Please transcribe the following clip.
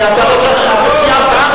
היא לא שמעה, אדוני היושב-ראש.